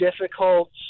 difficult